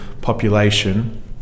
population